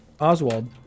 Oswald